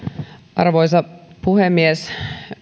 arvoisa puhemies